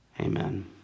Amen